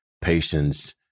patience